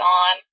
on